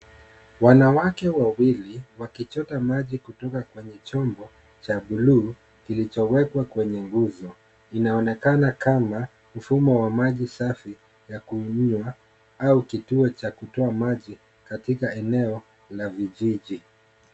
Wanawake wawili wakichota maji kutoka kwenye chombo cha buluu kilichowekwa kwenye nguzo. Inaonekana kama mfumo wa maji safi ya kunyuia au kituo cha kutoa maji katika eneo la vijiji.